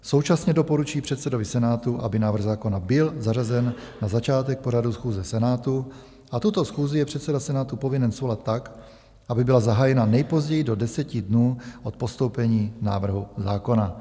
Současně doporučí předsedovi Senátu, aby návrh zákona byl zařazen na začátek pořadu schůze Senátu, a tuto schůzi je předseda Senátu povinen svolat tak, aby byla zahájena nejpozději do 10 dnů od postoupení návrhu zákona.